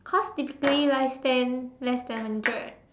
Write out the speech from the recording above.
cause typical life span less than hundred